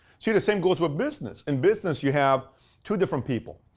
see, the same goes with business. in business you have two different people.